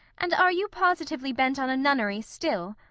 and are you positively bent on a nunnery still?